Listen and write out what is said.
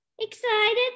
excited